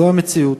זו המציאות.